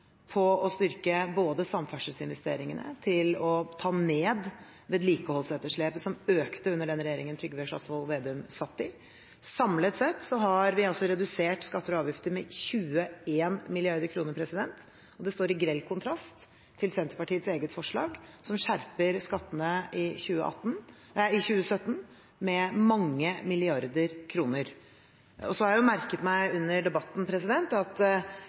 på å styrke samferdselsinvesteringene og ta ned vedlikeholdsetterslepet, som økte under den regjeringen Trygve Slagsvold Vedum satt i. Samlet sett har vi altså redusert skatter og avgifter med 21 mrd. kr. Det står i grell kontrast til Senterpartiets eget forslag, som skjerper skattene i 2017 med mange milliarder kroner. Så har jeg merket meg under debatten at